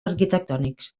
arquitectònics